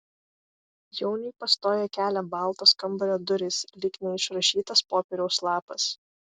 jauniui pastoja kelią baltos kambario durys lyg neišrašytas popieriaus lapas